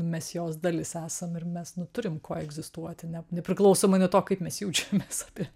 mes jos dalis esam mes nu turim koegzistuoti ne nepriklausomai nuo to kaip mes jaučiamės apie